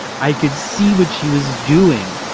i could see what she was doing.